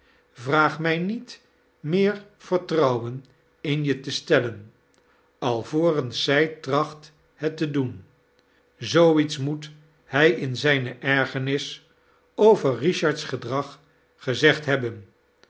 vraag mij niet meer vertrouwen in je te stellen alvorens zij tracht het te doen zoo iets moet hij in zijne ergernis over richard's gedrag gezegd hebbeci